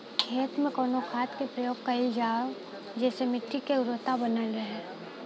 खेत में कवने खाद्य के प्रयोग कइल जाव जेसे मिट्टी के उर्वरता बनल रहे?